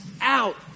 out